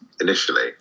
initially